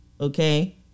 Okay